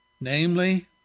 namely